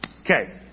Okay